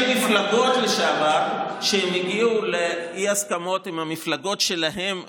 מפלגות לשעבר שהגיעו לאי-הסכמות עם המפלגות שלהם ועזבו.